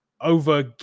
over